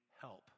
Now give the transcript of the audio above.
help